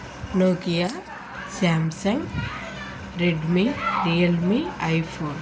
Nokia Samsung Redmi Realme iphone